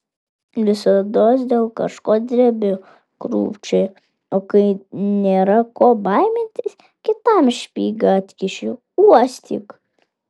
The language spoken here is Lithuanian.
visados dėl kažko drebi krūpčioji o kai nėra ko baimintis kitam špygą atkiši uostyk